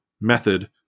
method